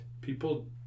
people